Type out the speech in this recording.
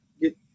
get